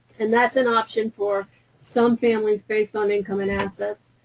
and that's an option for some families based on income and assets.